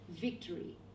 victory